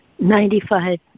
Ninety-five